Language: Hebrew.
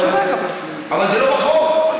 אבל זה לא בחוק.